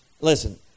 Listen